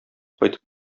кайтып